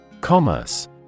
Commerce